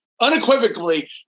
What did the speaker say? unequivocally